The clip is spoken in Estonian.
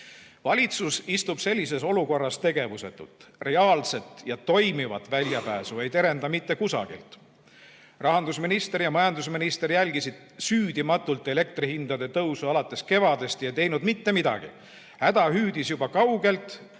Valitsus istub sellises olukorras tegevusetult. Reaalset ja toimivat väljapääsu ei terenda mitte kusagilt. Rahandusminister ja majandusminister jälgisid süüdimatult elektrihindade tõusu alates kevadest ega teinud mitte midagi. Häda hüüdis juba kaugelt,